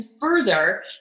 further